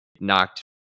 knocked